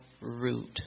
root